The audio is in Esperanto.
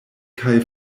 kaj